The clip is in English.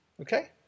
Okay